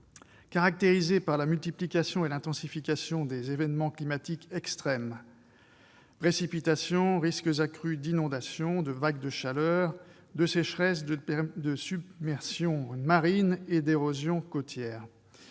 caractérisé par la multiplication et l'intensification des événements climatiques extrêmes : précipitations, risques accrus d'inondations, de vagues de chaleur, de sécheresse, de submersions marines ou d'érosion côtière